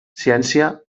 ciència